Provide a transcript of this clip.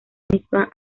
misma